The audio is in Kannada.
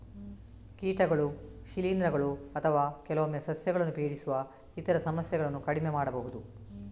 ಕೀಟಗಳು, ಶಿಲೀಂಧ್ರಗಳು ಅಥವಾ ಕೆಲವೊಮ್ಮೆ ಸಸ್ಯಗಳನ್ನು ಪೀಡಿಸುವ ಇತರ ಸಮಸ್ಯೆಗಳನ್ನು ಕಡಿಮೆ ಮಾಡಬಹುದು